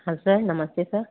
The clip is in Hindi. हाँ सर नमस्ते सर